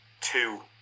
two